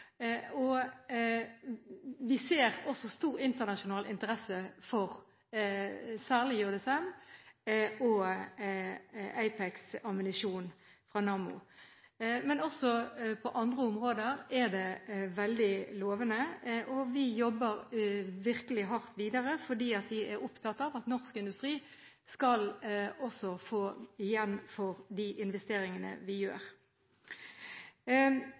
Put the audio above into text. og vi ser også stor internasjonal interesse, særlig for JSM og APEX-ammunisjon fra Nammo. Også på andre områder er det veldig lovende, og vi jobber virkelig hardt videre fordi vi er opptatt av at norsk industri skal få igjen for de investeringene vi gjør.